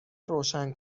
روشن